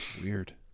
Weird